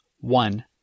One